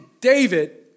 David